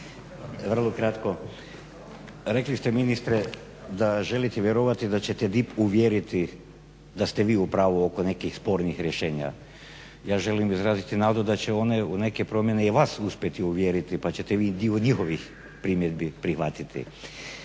Rekli ste ministre da želite vjerovati da ćete DIP uvjeriti da ste vi u pravu oko nekih spornih rješenja. Ja želim izraziti nadu da će oni u neke promjene i vas uspjeti uvjeriti pa ćete vi dio njihovih primjedbi prihvatiti.